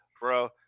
bro